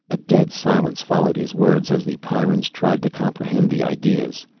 a dead silence followed his words as the pyrrans tried to comprehend the ideas.